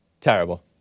Terrible